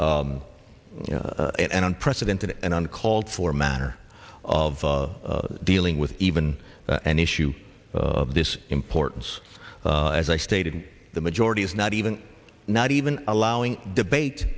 for an unprecedented and uncalled for manner of dealing with even an issue of this importance as i stated the majority is not even not even allowing debate